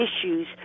issues